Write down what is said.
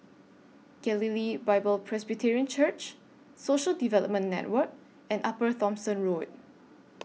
Galilee Bible Presbyterian Church Social Development Network and Upper Thomson Road